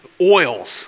oils